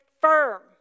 firm